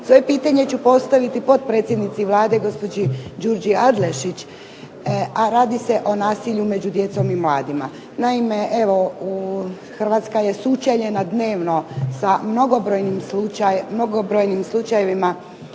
Svoje pitanje ću postaviti potpredsjednici Vlade gospođi Đurđi Adlešić a radi se o nasilju među djecom i mladima. Naime, Hrvatska je sučeljena dnevno sa mnogobrojnim slučajevima